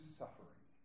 suffering